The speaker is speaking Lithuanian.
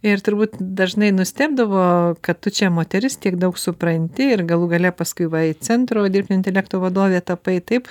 ir turbūt dažnai nustebdavo kad tu čia moteris tiek daug supranti ir galų gale paskui va ir centro dirbtinio intelekto vadove tapai taip